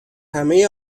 همهی